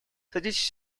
садитесь